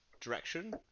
direction